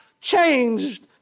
changed